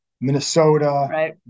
Minnesota